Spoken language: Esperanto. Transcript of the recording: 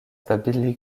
babili